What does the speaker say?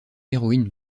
héroïne